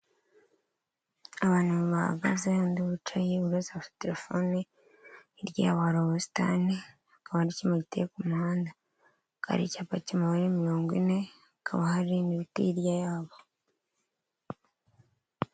Abantu bahagaze undi wicaye bose bafite telefone iryawa ubusitanikaba ryimitego ku muhanda bwari icyapa cy kiimibare mirongo ine hakaba hariyuti hirya yabo.